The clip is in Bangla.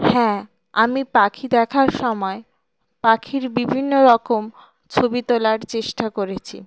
হ্যাঁ আমি পাখি দেখার সময় পাখির বিভিন্ন রকম ছবি তোলার চেষ্টা করেছি